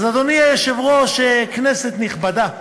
אדוני היושב-ראש, כנסת נכבדה,